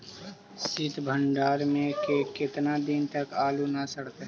सित भंडार में के केतना दिन तक आलू न सड़तै?